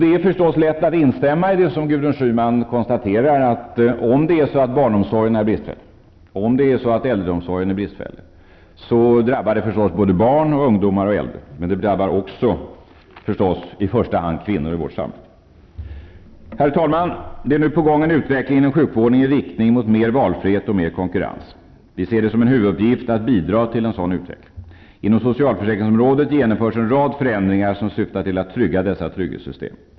Det är förstås lätt att instämma i det som Gudrun Schyman konstaterar, att om barnomsorgen och äldreomsorgen är bristfällig så drabbar det förstås barn, ungdomar och äldre, men det drabbar också i första hand kvinnorna i vårt samhälle. Det är nu på gång en utveckling inom sjukvården i riktning mot mer valfrihet och mer konkurrens. Vi ser det som en huvuduppgift att bidra till en sådan utveckling. Inom socialförsäkringsområdet genomförs en rad förändringar som syftar till att förbättra trygghetssystemen.